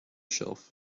shelf